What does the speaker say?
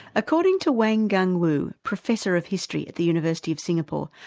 according to wang gungwa, professor of history at the university of singapore,